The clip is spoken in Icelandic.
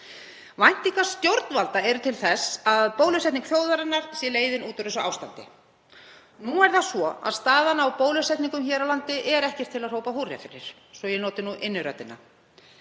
Væntingar stjórnvalda eru til þess að bólusetning þjóðarinnar sé leiðin út úr þessu ástandi. Nú er það svo að staðan á bólusetningum hér á landi er ekkert til að hrópa húrra fyrir, svo ég noti nú inniröddina.